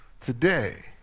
today